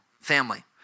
family